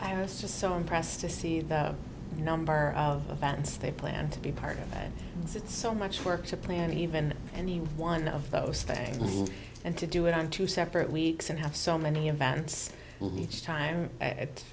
i was just so impressed to see the number of events they planned to be part of that it's so much work to plan even and one of those things and to do it on two separate weeks and have so many advance leads time